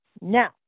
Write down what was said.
now